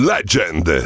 Legend